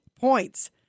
points